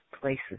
places